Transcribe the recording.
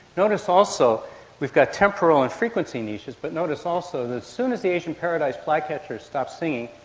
notice also we've got temporal and frequency niches but notice also that as soon as the asian paradise flycatcher stops singing,